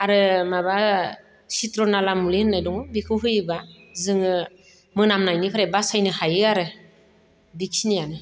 आरो माबा चिट्र'नेला मुलि होननाय दं बिखौ होयोब्ला जोङो मोनामनायनिफ्राय बासायनो हायो आरो बेखिनियानो